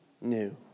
new